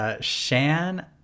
Shan